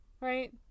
Right